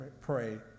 pray